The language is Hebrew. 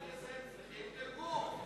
חברי הכנסת צריכים תרגום.